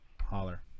holler